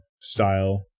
style